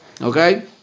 Okay